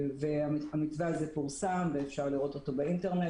המתווה הזה פורסם ואפשר לראות אותו באינטרנט